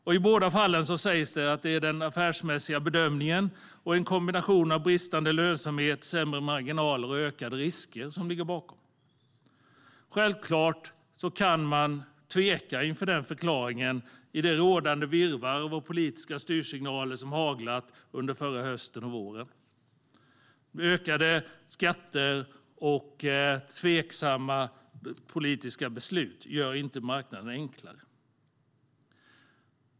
I båda fallen sägs det att det är den affärsmässiga bedömningen och en kombination av bristande lönsamhet, sämre marginaler och ökade risker som ligger bakom. Självfallet kan man tveka inför den förklaringen i det rådande virrvarr av politiska styrsignaler som har haglat under förra hösten och våren. Ökade skatter och tveksamma politiska beslut gör inte marknaden enklare.